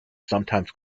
sometimes